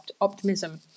optimism